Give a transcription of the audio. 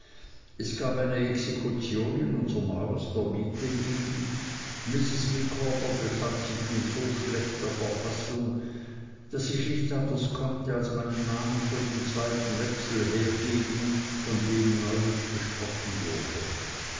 es gab eine exekution in unserm haus der miete wegen mrs micawber befand sich in so schlechter verfassung daß ich nicht anders konnte als meinen namen für den zweiten wechsel hergeben von dem neulich gesprochen wurde